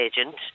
Agent